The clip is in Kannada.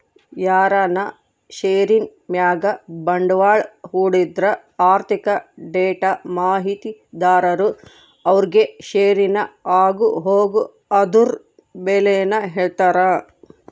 ಯಾರನ ಷೇರಿನ್ ಮ್ಯಾಗ ಬಂಡ್ವಾಳ ಹೂಡಿದ್ರ ಆರ್ಥಿಕ ಡೇಟಾ ಮಾಹಿತಿದಾರರು ಅವ್ರುಗೆ ಷೇರಿನ ಆಗುಹೋಗು ಅದುರ್ ಬೆಲೇನ ಹೇಳ್ತಾರ